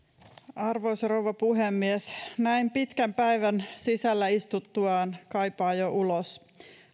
arvoisa rouva puhemies näin pitkän päivän sisällä istuttuaan kaipaa jo ulos